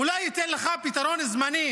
אולי הוא ייתן לך פתרון זמני,